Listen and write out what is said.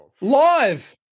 live